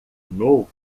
novo